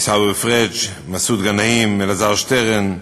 עיסאווי פריג', מסעוד גנאים, אלעזר שטרן,